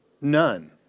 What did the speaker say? None